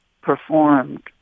performed